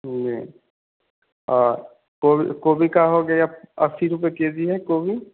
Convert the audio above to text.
जी और गोभी गोभी का हो गया अस्सी रुपये के जी है गोभी